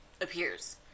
appears